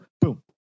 Boom